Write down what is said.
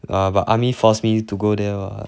err but army force me to go there [what]